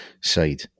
side